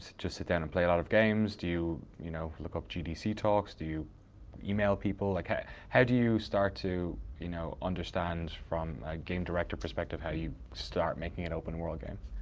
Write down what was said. just sit down and play a lot of games? do you you know look up gdc talks, do you email people? like how how do you start to you know understand, from a game director perspective, how you start making an open world game?